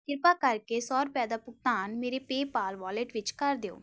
ਕਿਰਪਾ ਕਰਕੇ ਸੌ ਰੁਪਏ ਦਾ ਭੁਗਤਾਨ ਮੇਰੇ ਪੇਪਾਲ ਵਾਲਟ ਵਿੱਚ ਕਰ ਦਿਓ